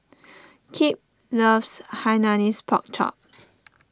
Kip loves Hainanese Pork Chop